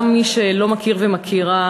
גם מי שלא מכיר ומכירה,